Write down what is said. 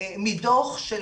מדוח של